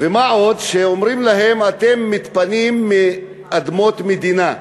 ומה עוד, אומרים להם: אתם מתפנים מאדמות מדינה.